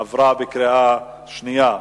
עברה בקריאה שנייה.